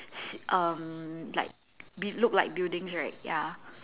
s~ um like b~ look like buildings right ya